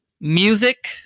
Music